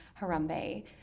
Harambe